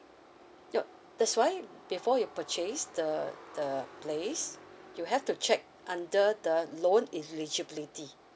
no that's why before you purchase the the place you have to check under the loan eligibility